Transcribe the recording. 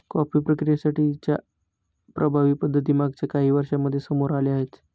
coffee प्रक्रियेसाठी च्या प्रभावी पद्धती मागच्या काही वर्षांमध्ये समोर आल्या आहेत